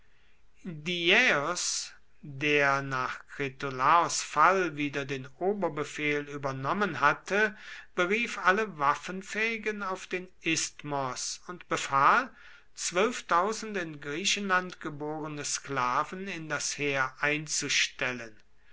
der nach kritolaos fall wieder den oberbefehl übernommen hatte berief alle waffenfähigen auf den isthmos und befahl in griechenland geborene sklaven in das heer einzustellen